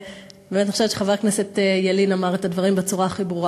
באמת אני חושבת שחבר הכנסת ילין אמר את הדברים בצורה הכי ברורה,